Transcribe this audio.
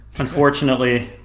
Unfortunately